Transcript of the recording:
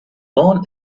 born